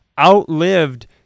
outlived